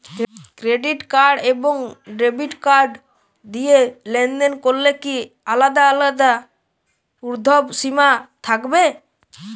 Credit card এবং debit card দিয়ে লেনদেন করলে কি আলাদা আলাদা ঊর্ধ্বসীমা থাকবে?